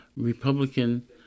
Republican